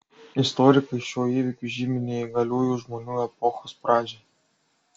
istorikai šiuo įvykiu žymi neįgaliųjų žmonių epochos pradžią